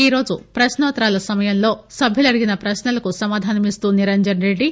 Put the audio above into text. ఈరోజు ప్రశ్సోత్తరాల సమయంలో సభ్యులడిగిన ప్రశ్సలకు సమాధానమిస్తూ నిరంజన్ రెడ్డి